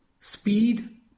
speed